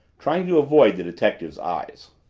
trying to avoid the detective's eyes.